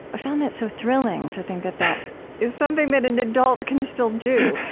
i found that so thrilling, to think that that is something that an adult can still do.